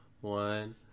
one